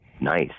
nice